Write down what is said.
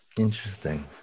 Interesting